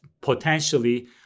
potentially